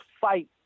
fight